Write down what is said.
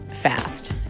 fast